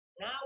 Now